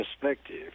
perspective